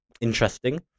interesting